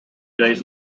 days